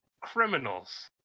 criminals